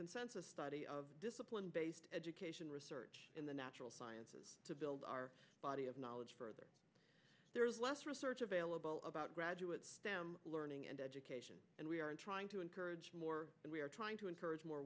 consensus study of discipline based education research in the natural sciences to build our body of knowledge further less research available about graduate learning and education and we are trying to encourage more and we are trying to encourage more